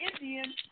Indian